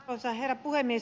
arvoisa herra puhemies